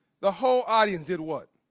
the whole audience did what?